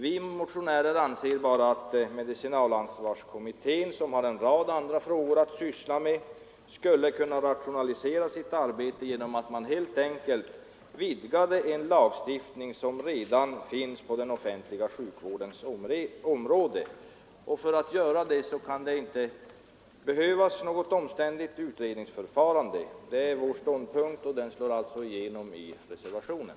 Vi motionärer anser bara att medicinalansvarskommittén, som har en rad andra frågor att syssla med, skulle kunna rationalisera sitt arbete genom att helt enkelt vidga tillämpningen av en lagstiftning som redan finns på den offentliga sjukvårdens område. För att göra detta kan det inte behövas något omständligt utredningsförfarande. Det är vår ståndpunkt, och den kommer till uttryck i reservationen.